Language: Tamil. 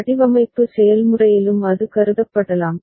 வடிவமைப்பு செயல்முறையிலும் அது கருதப்படலாம்